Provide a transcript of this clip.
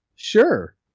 Sure